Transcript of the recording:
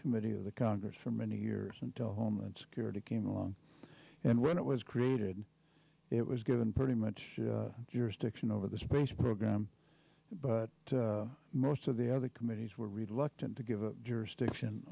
committee of the congress for many years until homeland security came along and when it was created it was given pretty much over the space program but most of the other committees were reluctant to give jurisdiction